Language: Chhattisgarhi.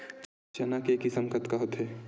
चना के किसम कतका होथे?